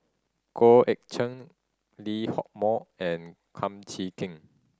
Goh Eck Cheng Lee Hock Moh and Kum Chee Kin